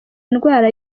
indwara